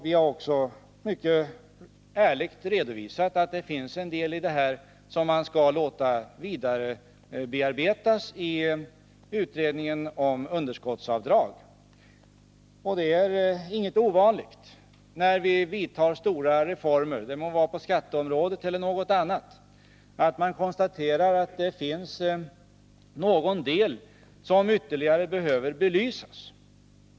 Vi har också mycket ärligt redovisat att det finns några delar som skall vidarebearbetas i utredningen om underskottsavdrag. När vi genomför stora reformer är det inget ovanligt — det må vara reformer på skatteområdet eller på något annat område — att vi konstaterar att det finns någon del som behöver ytterligare belysas.